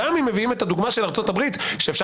גם אם מביאים את הדוגמה של ארצות הברית ואפשר